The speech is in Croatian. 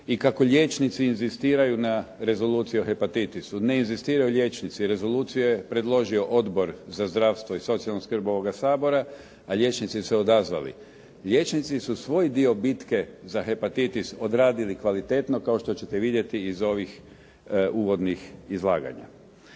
i kako liječnici inzistiraju na rezoluciji o hepatitisu. Ne inzistiraju liječnici. Rezoluciju je predložio Odbor za zdravstvo i socijalnu skrb ovoga Sabora a liječnici se odazvali. Liječnici su svoj dio bitke za hepatitis odradili kvalitetno kao što ćete vidjeti iz ovih uvodnih izlaganja.